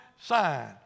sign